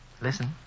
Listen